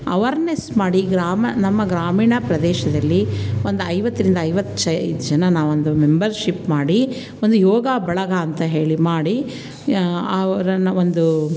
awareness ಮಾಡಿ ಗ್ರಾಮ ನಮ್ಮ ಗ್ರಾಮೀಣ ಪ್ರದೇಶದಲ್ಲಿ ಒಂದು ಐವತ್ತರಿಂದ ಐವತ್ತೈದು ಜನ ನಾವೊಂದು ಮೆಂಬರಶಿಪ್ ಮಾಡಿ ಒಂದು ಯೋಗ ಬಳಗ ಅಂತ ಹೇಳಿ ಮಾಡಿ ಅವರನ್ನು ಒಂದು